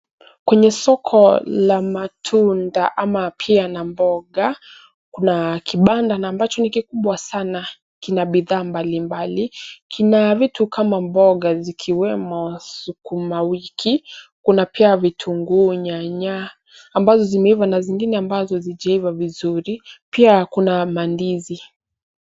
Kwenye soko la matunda ama pia na mboga, kuna kibanda na ambacho ni kikubwa sana, kina bidhaa mbali mbali. Kuna vitu kama mboga zikiwemo sukuma wiki, kuna pia vitunguu , nyanya ambazo zimeiva na zingine ambazo hazijaiva vizuri. Pia kuna mandizi.